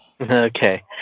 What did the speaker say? Okay